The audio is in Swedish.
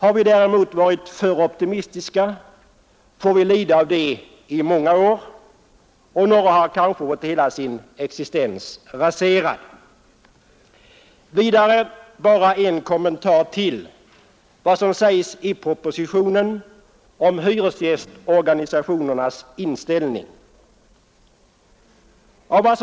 Har vi däremot varit för optimistiska, får vi lida av det i många år, och några får kanske hela sin existens raserad. Bara en kommentar till vad som sägs i propositionen om hyresgästorganisationernas inställning.